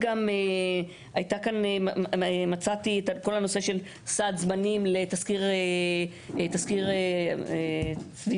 גם כל הנושא של סעד זמנים להארכת תזכיר סביבתי,